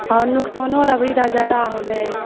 हाँ नुकसानो अर अभीदा जादा होलै